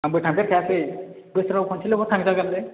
आंबो थांफेरखायाखै बोसोराव खनसेल'बा थांजागोनलै